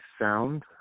Sound